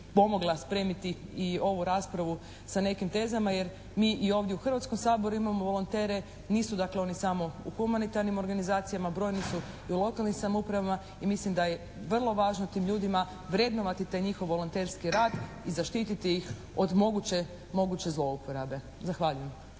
pomogla spremiti i ovu raspravu sa nekim tezama, jer mi i ovdje u Hrvatskom saboru imamo volontere, nisu dakle oni samo u humanitarnim organizacijama, brojni su i u lokalnim samoupravama i mislim da je vrlo važno tim ljudima vrednovati taj njihov volonterski rad i zaštiti ih od moguće zlouporabe. Zahvaljujem.